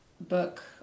book